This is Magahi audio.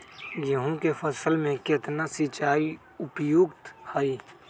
गेंहू के फसल में केतना सिंचाई उपयुक्त हाइ?